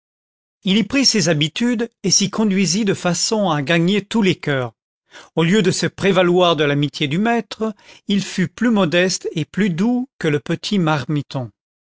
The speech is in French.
il y prit ses habitudes et s'y conduisit de façon à gagner tous les cœurs au lieu de se prévaloir de l'amitié du maître il fut plus modeste et plus doux que le petit marmiton